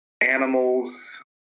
animals